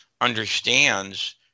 understands